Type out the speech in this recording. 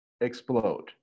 explode